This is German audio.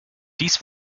dies